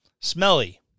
smelly